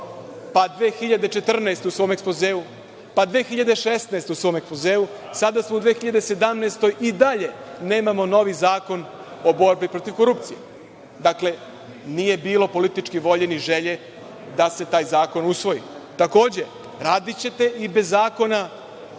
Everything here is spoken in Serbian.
pa 2014. godine u svom ekspozeu, pa 2016. godine u svom ekspozeu. Sada smo u 2017. godine i dalje nemamo novi zakon o borbi protiv korupcije. Dakle, nije bilo političke volje, ni želje da se taj zakon usvoji. Takođe, radićete i bez zakona